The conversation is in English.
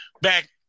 back